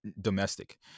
domestic